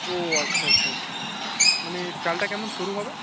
ও আচ্ছা আচ্ছা আচ্ছা মানে চালটা কেমন সরু হবে